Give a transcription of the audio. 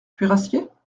cuirassiers